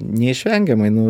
neišvengiamai nu